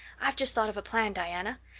i've just thought of a plan, diana.